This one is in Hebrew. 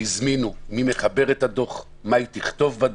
כשהזמינו, מי מחבר את הדוח ומה היא תכתוב בדוח.